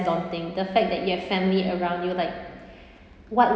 daunting the fact that you have family around you like what